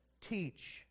teach